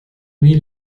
wie